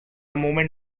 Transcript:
moment